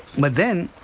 but then,